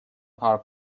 پارک